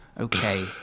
Okay